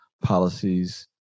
policies